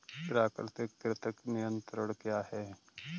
प्राकृतिक कृंतक नियंत्रण क्या है?